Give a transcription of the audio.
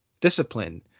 discipline